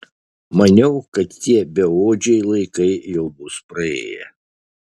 maniau kad tie beodžiai laikai jau bus praėję